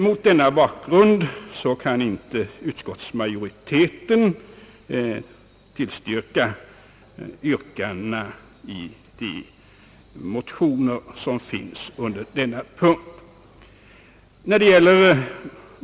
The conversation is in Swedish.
Mot denna bakgrund kan inte utskottsmajoriteten tillstyrka yrkandena i de motioner som har väckts under denna punkt.